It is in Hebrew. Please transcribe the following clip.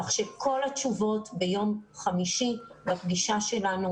כך שכל התשובות תתקבלנה ביום חמישי בפגישה שלנו.